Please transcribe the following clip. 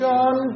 John